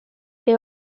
they